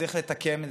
צריך לתקן,